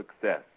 success